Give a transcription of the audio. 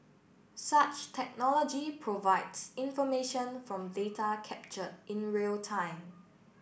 such technology provides information from data capture in real time